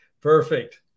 perfect